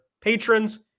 patrons